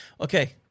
Okay